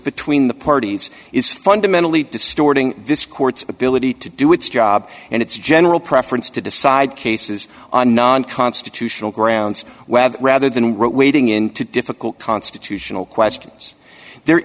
between the parties is fundamentally distorting this court's ability to do its job and its general preference to decide cases on non constitutional grounds where rather than were wading into difficult constitutional questions there